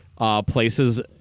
places